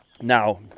Now